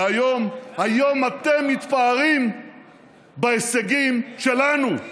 והיום, היום אתם מתפארים בהישגים שלנו.